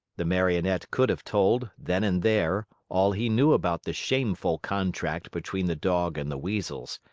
the marionette could have told, then and there, all he knew about the shameful contract between the dog and the weasels,